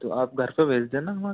तो आप घर पे भेज देना हमारे